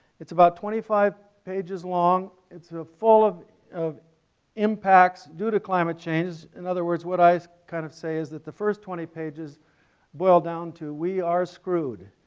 it's about twenty five pages long. it's sort of full of of impacts due to climate change, in other words what i kind of say is the first twenty pages boil down to we are screwed,